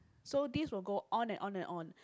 so this will go on and on and on